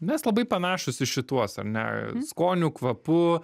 mes labai panašūs į šituos ar ne skoniu kvapu